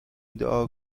دعا